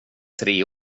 tre